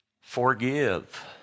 Forgive